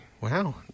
Wow